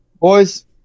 Boys